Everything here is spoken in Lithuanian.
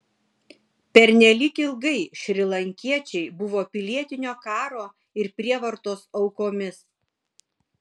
pernelyg ilgai šrilankiečiai buvo pilietinio karo ir prievartos aukomis